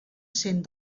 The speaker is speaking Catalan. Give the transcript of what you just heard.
cent